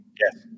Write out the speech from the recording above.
yes